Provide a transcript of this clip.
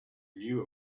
knew